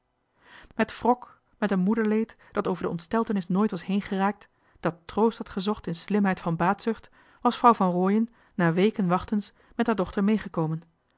met wrok met een moederleed dat over de ontsteltenis nooit was heengeraakt dat troost had gezocht in slimheid van baatzucht was vrouw van rooien na weken wachtens met haar dochter meegekomen